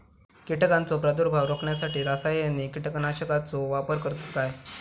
कीटकांचो प्रादुर्भाव रोखण्यासाठी रासायनिक कीटकनाशकाचो वापर करतत काय?